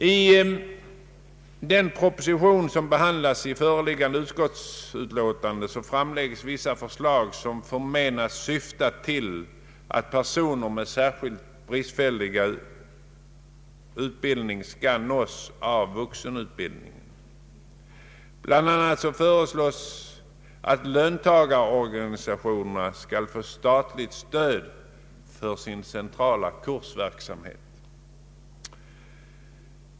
I den proposition som behandlas i föreliggande utskottsutlåtande framläggs vissa förslag, som förmenas syfta till att personer med särskilt bristfällig utbildning skall nås av vuxenutbildningen. Bl.a. föreslås att löntagarorganisationerna skall få statligt stöd för sin centrala kursverksamhet.